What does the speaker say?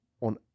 on